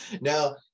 Now